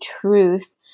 truth